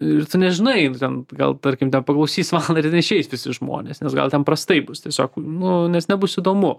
ir tu nežinai jeigu ten gal tarkim ten paklausys valandą ir ten išeis visi žmonės nes gal ten prastai bus tiesiog nu nes nebus įdomu